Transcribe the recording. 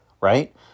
right